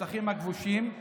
בשטחים הכבושים,